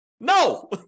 No